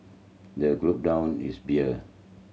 the down his beer